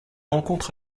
rencontre